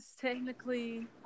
technically